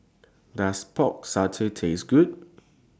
Does Pork Satay Taste Good